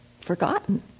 forgotten